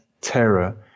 terror